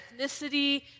ethnicity